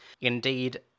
Indeed